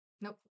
Nope